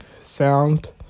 sound